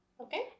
Okay